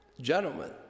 Gentlemen